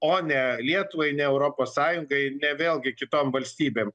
o ne lietuvai ne europos sąjungai ne vėlgi kitom valstybėm